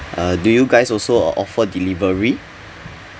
uh do you guys also uh offer delivery